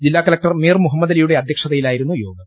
ജില്ലാകലക്ടർ മീർ മുഹമ്മദലിയുടെ അധ്യക്ഷതയിലായിരുന്നു യോഗം